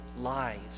lies